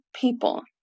people